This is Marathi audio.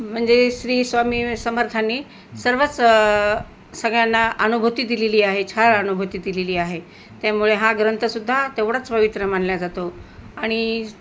म्हणजे श्री स्वामी समर्थांनी सर्वच सगळ्यांना अनुभूती दिलेली आहे छान अनुभूती दिलेली आहे त्यामुळे हा ग्रंथसुद्धा तेवढाच पवित्र मानला जातो आणि